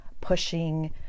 pushing